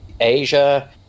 Asia